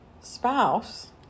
spouse